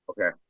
Okay